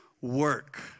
work